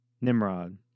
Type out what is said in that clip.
Nimrod